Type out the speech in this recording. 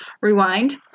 rewind